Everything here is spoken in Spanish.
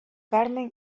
carmen